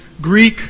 Greek